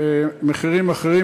במחירים אחרים,